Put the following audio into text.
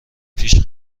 پیش